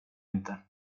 inte